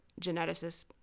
geneticist